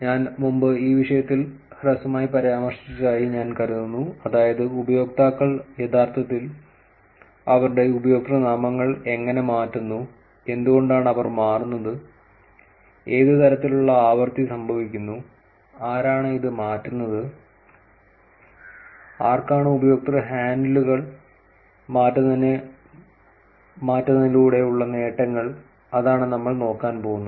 ഞാൻ മുമ്പ് ഈ വിഷയത്തിൽ ഹ്രസ്വമായി പരാമർശിച്ചതായി ഞാൻ കരുതുന്നു അതായത് ഉപയോക്താക്കൾ യഥാർത്ഥത്തിൽ അവരുടെ ഉപയോക്തൃനാമങ്ങൾ എങ്ങനെ മാറ്റുന്നു എന്തുകൊണ്ടാണ് അവർ മാറ്റുന്നത് ഏത് തലത്തിലുള്ള ആവൃത്തി സംഭവിക്കുന്നു ആരാണ് ഇത് മാറ്റുന്നത് ആർക്കാണു ഉപയോക്തൃ ഹാൻഡിലുകൾ മാറ്റുന്നതിലൂടെയുള്ള നേട്ടങ്ങൾ അതാണ് നമ്മൾ നോക്കാൻ പോകുന്നത്